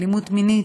אלימות מינית.